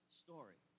story